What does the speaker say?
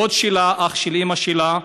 הדוד שלה, אח של אימא שלה,